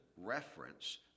reference